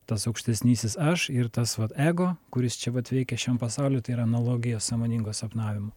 tas aukštesnysis aš ir tas vat ego kuris čia vat veikia šiam pasauly tai yra analogija sąmoningo sapnavimo